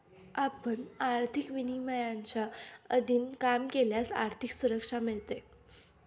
आपण आर्थिक विनियमांच्या अधीन काम केल्यास आर्थिक सुरक्षा मिळते